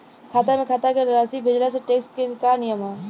खाता से खाता में राशि भेजला से टेक्स के का नियम ह?